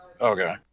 Okay